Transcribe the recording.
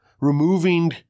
removing